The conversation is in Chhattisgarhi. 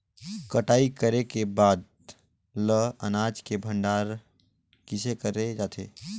कटाई करे के बाद ल अनाज के भंडारण किसे करे जाथे?